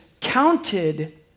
counted